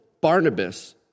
Barnabas